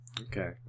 Okay